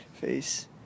face